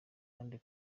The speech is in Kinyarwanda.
abandi